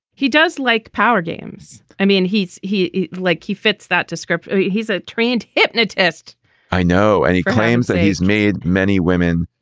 he does like power games. i mean, he's he like he fits that description. he's a trained hypnotist i know. and he claims that he's made many women,